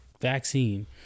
vaccine